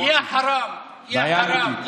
יא חראם, יא חראם.